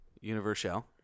Universal